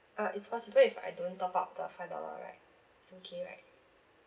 uh it's possible if I don't top up the five dollar right it's okay right